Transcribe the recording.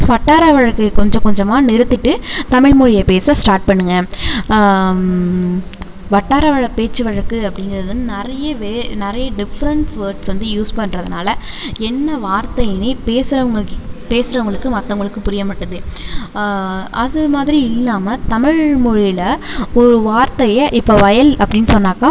வட்டார வழக்கை கொஞ்சம் கொஞ்சமாக நிறுத்திவிட்டு தமிழ்மொழியை பேச ஸ்டார்ட் பண்ணுங்கள் வட்டார வழ பேச்சு வழக்கு அப்படிங்கிறது வந்து நிறையவே நிறைய டிஃப்ரெண்ட்ஸ் வேர்ட்ஸ் வந்து யூஸ் பண்ணுறதனால என்ன வார்த்தைன்னே பேசுகிறவங்க கி பேசுகிறவங்களுக்கும் மற்றவங்களுக்கும் புரிய மாட்டேது அதுமாதிரி இல்லாமல் தமிழ்மொழியில ஒரு வார்த்தையை இப்போ வயல் அப்படின்னு சொன்னாக்கா